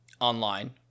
online